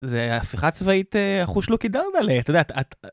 זה הפיכה צבאית אחו שלוקי דרדלה. אתה יודע. אתה...